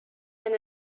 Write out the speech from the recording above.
and